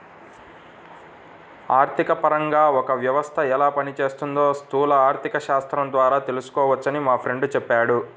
ఆర్థికపరంగా ఒక వ్యవస్థ ఎలా పనిచేస్తోందో స్థూల ఆర్థికశాస్త్రం ద్వారా తెలుసుకోవచ్చని మా ఫ్రెండు చెప్పాడు